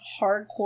hardcore